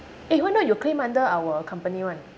eh why not you claim under our company one